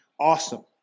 awesome